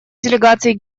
делегацией